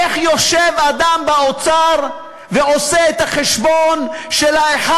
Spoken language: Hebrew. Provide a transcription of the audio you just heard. איך יושב אדם באוצר ועושה את החשבון של ה-1